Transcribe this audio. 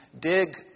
dig